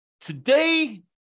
Today